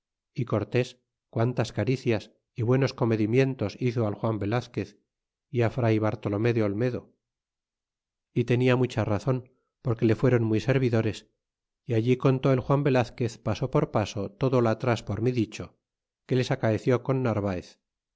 y cortés quantas caricias y buenos comedimientos hizo al juan velazquez y fr bartolome de olmedo y tenia mucha razon porque le fuéron muy servidores y allí contó el juan velazquez paso por paso todo lo atras por mí dicho que les acaeció con narvaez